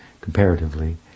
comparatively